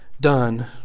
done